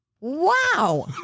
wow